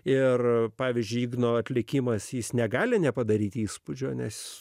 ir pavyzdžiui igno atlikimas jis negali nepadaryti įspūdžio nes